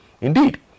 Indeed